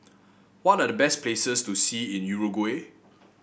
what are the best places to see in Uruguay